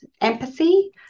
empathy